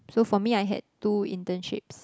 so for me I had two internships